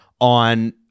on